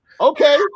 Okay